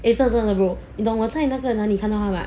eh 真真的 bro 你懂我在那个那里看到他 mah